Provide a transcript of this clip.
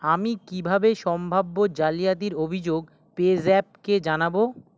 আমি কিভাবে সম্ভাব্য জালিয়াতির অভিযোগ পেজ্যাপকে জানাবো